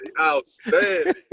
outstanding